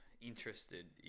interested